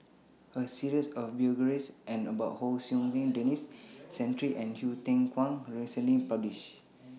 A series of biographies and about Hon Sui Sen Denis Santry and Hsu Tse Kwang recently published